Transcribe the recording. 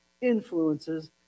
influences